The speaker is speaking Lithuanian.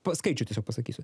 paskaičius pasakysiu